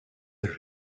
there